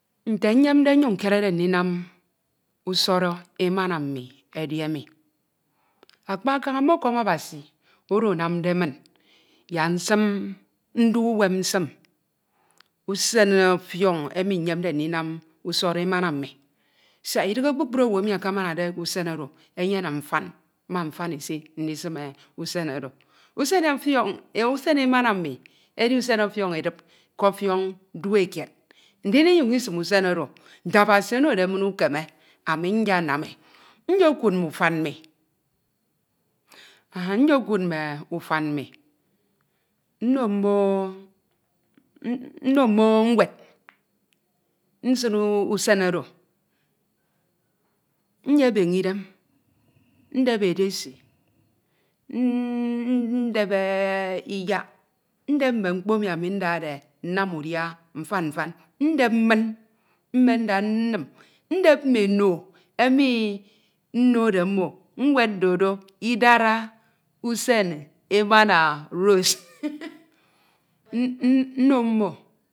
Nte nyemde nnyuñ nkerede ndinam usọrọ usen emana mmi edi emi. Akpa kaña mmọkọm Abasi oro anamde min yak nsim, ndu uwem nsim usen ọfiọñ emi nyemde ndinam usọrọ emana mmi siak idighe kpukpru owu emi akamanade k’usen oro enyene mfan ma mfan isi ndisim usen oro. Usen emana mmi edi usen ọfiọñ edip ke ọfiọñ dup ekied. Ndin inyñ isim usen oro, nte Abasi ọnyñ onode min Ukeme nyenam e. Nyekud mme ufan mmi, nyekud mme ufan mmi, nno mmo ñwed, nsin usen oro, nye beñe idem, ndep edesi, nndepeeee iyak, ndep mme mkpo emi ndade ndam udia mfan mfan, ndep mmin mmen nda nnim, ndep mme eno emi nnode mmo ñwedde do idara usen emana Rose, hhmm nno mmo,